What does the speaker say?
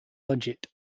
budget